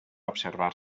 observar